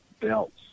belts